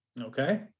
Okay